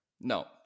No